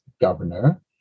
governor